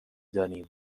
دانیم